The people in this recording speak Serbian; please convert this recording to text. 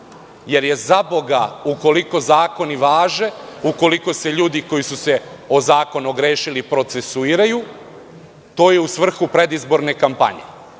jer je zaboga, ukoliko zakoni važe, ukoliko se ljudi koji su se o zakon ogrešili procesuiraju, to je u svrhu predizborne kampanje.